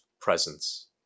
presence